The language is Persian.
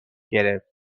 گرفت